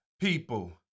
people